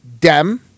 dem